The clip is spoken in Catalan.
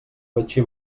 betxí